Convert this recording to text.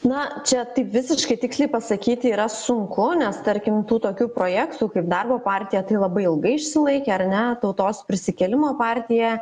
na čia taip visiškai tiksliai pasakyti yra sunku nes tarkim tų tokių projektų kaip darbo partija tai labai ilgai išsilaikė ar ne tautos prisikėlimo partija